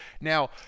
Now